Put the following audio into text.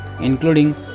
including